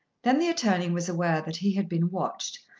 then the attorney was aware that he had been watched,